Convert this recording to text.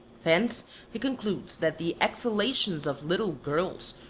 thence he concludes that the exhalations of little girls,